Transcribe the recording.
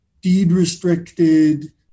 deed-restricted